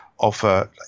offer